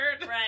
Right